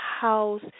house